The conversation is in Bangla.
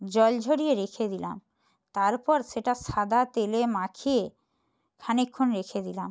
জল ঝড়িয়ে রেখে দিলাম তারপর সেটা সাদা তেলে মাখিয়ে খানিকক্ষণ রেখে দিলাম